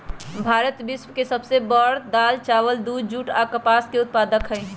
भारत विश्व के सब से बड़ दाल, चावल, दूध, जुट आ कपास के उत्पादक हई